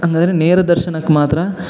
ಹಂಗದ್ರೆ ನೇರ ದರ್ಶನಕ್ಕೆ ಮಾತ್ರ